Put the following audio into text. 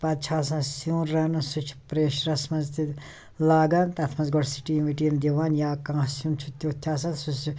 پَتہٕ چھُ آسان سیٛن رَنُن سُہ چھِ پریٚشرَس مَنٛز تہِ لاگان تتھ مَنٛز گۄڈٕ سٹیٖم وٹیٖم دِوان یا کانٛہہ سیٛن چھُ تیٛتھ تہِ آسان سُہ سیٛو